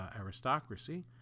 aristocracy